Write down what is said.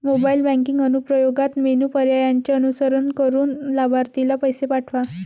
mobile banking अनुप्रयोगात menu पर्यायांचे अनुसरण करून लाभार्थीला पैसे पाठवा